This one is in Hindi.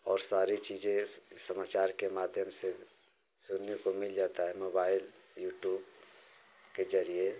और सारी चीजें स समाचार के माध्यम से सुनने को मिल जाता है मोबाइल यूट्यूब के जरिए